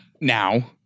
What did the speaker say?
now